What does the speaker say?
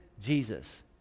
Jesus